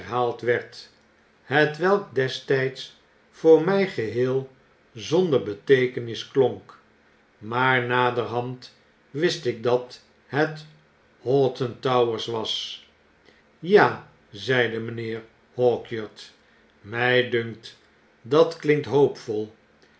herhaald werd hetwelk destyds voor mij geheel zonder beteekenis klonk maar naderhand wist ik dat het hoghton towers was ja zeide mynheer hawkyard my dunkt dat klinkt hoopvol